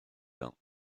bains